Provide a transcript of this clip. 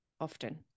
often